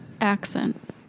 accent